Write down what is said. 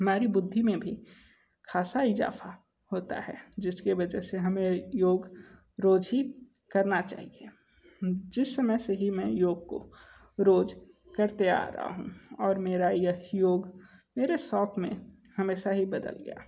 हमारी बुद्धि में भी खासा इज़ाफ़ा होता है जिसके वजह से हमे योग रोज़ ही करना चाहिए जिस समय से ही मैं योग को रोज़ करते आ रहा हूँ और मेरा यह योग मेरे शौक में हमेशा ही बदल गया